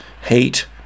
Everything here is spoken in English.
hate